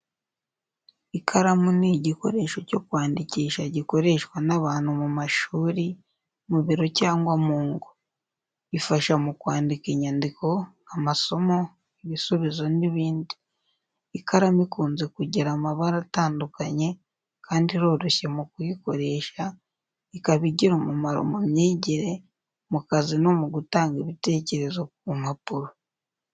Ikaramu ni igikoresho cyo kwandikisha gikoreshwa n'abantu mu mashuri, mu biro cyangwa mu ngo. Ifasha mu kwandika inyandiko, amasomo, ibisubizo n’ibindi. Ikaramu ikunze kugira amabara atandukanye kandi iroroshye mu kuyikoresha, ikaba igira umumaro mu myigire, mu kazi no mu gutanga ibitekerezo ku mpapuro.